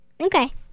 Okay